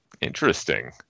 Interesting